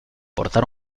portar